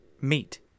meat